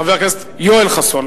חבר הכנסת יואל חסון.